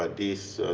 but this